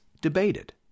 debated